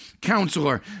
Counselor